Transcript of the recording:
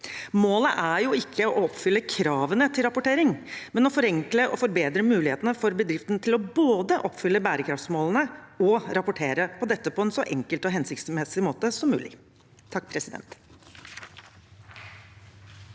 Målet er ikke å oppfylle kravene til rapportering, men å forenkle og forbedre mulighetene for bedriften til både å oppfylle bærekraftsmålene og rapportere på dette på en så enkel og hensiktsmessig måte som mulig.